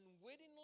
unwittingly